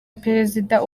perezida